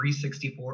364